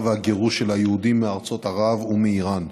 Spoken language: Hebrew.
והגירוש של היהודים מארצות ערב ומאיראן.